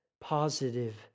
positive